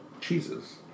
cheeses